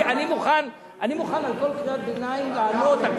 אני מוכן על כל קריאת ביניים לענות,